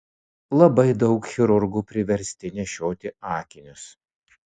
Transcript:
labai daug chirurgų priversti nešioti akinius